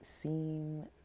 seem